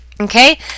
Okay